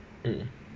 mm